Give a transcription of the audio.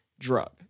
Drug